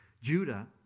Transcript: Judah